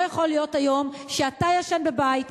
לא יכול להיות היום שאתה ישן בבית,